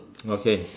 okay